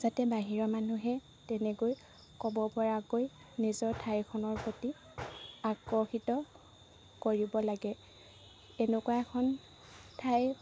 যাতে বাহিৰৰ মানুহে তেনেকৈ ক'বপৰাকৈ নিজৰ ঠাইখনৰ প্ৰতি আকৰ্ষিত কৰিব লাগে এনেকুৱা এখন ঠাই